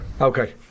Okay